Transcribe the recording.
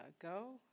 go